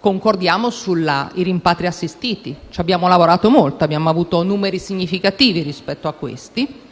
concordiamo sui rimpatri assistiti: ci abbiamo lavorato molto e abbiamo avuto numeri significativi rispetto a essi.